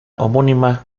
homónima